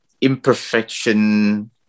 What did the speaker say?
imperfection